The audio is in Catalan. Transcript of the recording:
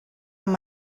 amb